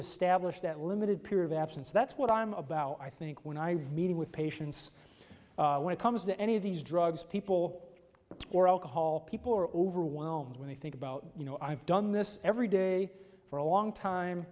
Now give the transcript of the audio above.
establish that limited period of absence that's what i'm about i think when i read meeting with patients when it comes to any of these drugs people or alcohol people are overwhelmed when they think about you know i've done this every day for a long time